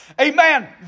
Amen